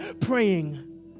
praying